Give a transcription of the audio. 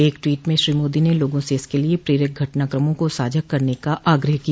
एक ट्वीट में श्री मोदी ने लोगों से इसके लिए प्रेरक घटनाक्रमों को साझा करने का आग्रह किया